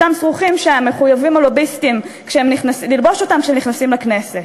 אותם שרוכים שהלוביסטים מחויבים ללבוש כשהם נכנסים לכנסת,